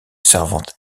servante